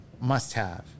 must-have